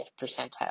percentile